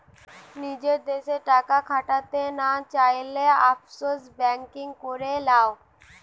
নিজের দেশে টাকা খাটাতে না চাইলে, অফশোর বেঙ্কিং করে লাও